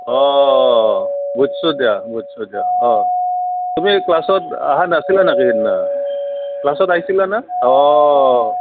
অঁ বুজিছোঁ দিয়া বুজিছোঁ দিয়া অঁ তুমি ক্লাছত অহা নাছিলা নেকি সেইদিনা ক্লাছত আহিছিলা নে অঁ